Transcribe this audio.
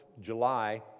July